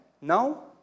No